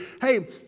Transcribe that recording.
Hey